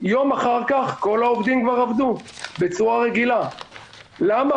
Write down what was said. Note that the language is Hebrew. יום אחר כך כל העובדים כבר עבדו בצורה רגילה, למה?